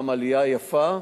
עלייה יפה,